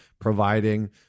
providing